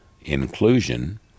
inclusion